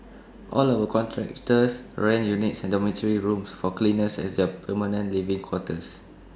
all our contractors rent units and dormitory rooms for cleaners as their permanent living quarters